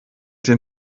den